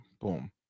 boom